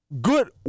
good